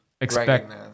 expect